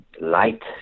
light